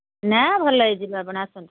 ନା ଭଲ ହୋଇଯିବେ ଆପଣ ଆସନ୍ତୁ